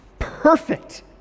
Perfect